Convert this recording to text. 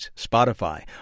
Spotify